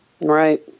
Right